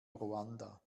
ruanda